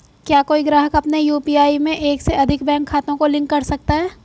क्या कोई ग्राहक अपने यू.पी.आई में एक से अधिक बैंक खातों को लिंक कर सकता है?